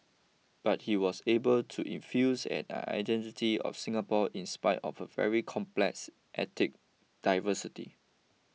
but he was able to infuse an identity of Singapore in spite of a very complex ethnic diversity